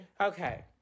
Okay